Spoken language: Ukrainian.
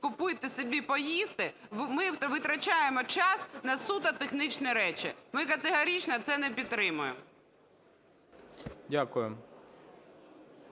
купити собі поїсти, ми витрачаємо час на суто технічні речі. Ми категорично це не підтримуємо.